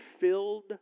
filled